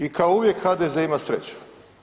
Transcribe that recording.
I kao uvijek HDZ ima sreću.